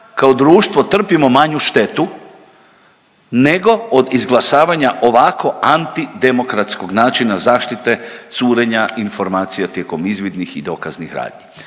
kao društvo trpimo manju štetu nego od izglasavanja ovako antidemokratskog načina zaštite curenja informacija tijekom izvidnih i dokaznih radnji.